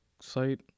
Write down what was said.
site